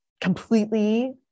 completely